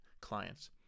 clients